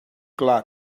clar